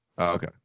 Okay